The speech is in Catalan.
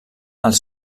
els